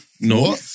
No